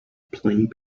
playing